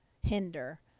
hinder